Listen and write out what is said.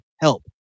help